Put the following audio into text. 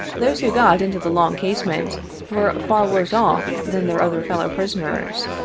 those who got into the long casemate were far worse off than their other fellow prisoners.